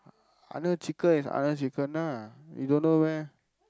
Arnold chicken is Arnold chicken ah you don't know meh